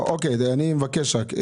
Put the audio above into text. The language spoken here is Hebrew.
אני מבקש רק,